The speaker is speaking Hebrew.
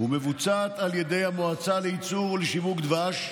ומבוצעת על ידי המועצה לייצור ולשיווק דבש,